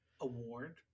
award